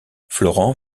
florent